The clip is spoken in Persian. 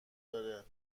داره